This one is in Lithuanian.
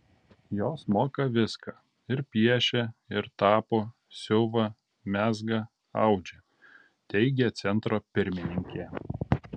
jos moka viską ir piešia ir tapo siuva mezga audžia teigė centro pirmininkė